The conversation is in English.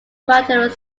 quaternary